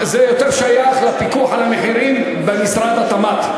זה שייך יותר לפיקוח על המחירים במשרד התמ"ת.